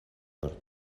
por